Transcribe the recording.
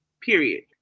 Period